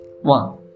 One